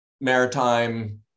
maritime